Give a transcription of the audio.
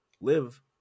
live